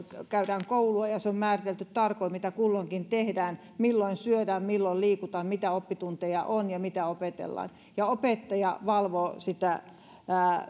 käydään koulua ja ja se on määritelty tarkoin mitä kulloinkin tehdään milloin syödään milloin liikutaan mitä oppitunteja on ja mitä opetellaan ja opettaja valvoo sitä